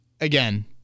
Again